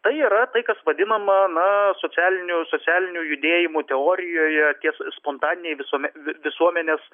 tai yra tai kas vadinama na socialinių socialinių judėjimų teorijoje tie spontaniniai visuomet visuomenės